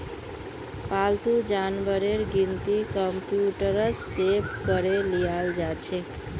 पालतू जानवरेर गिनती कंप्यूटरत सेभ करे लियाल जाछेक